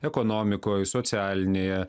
ekonomikoj socialinėje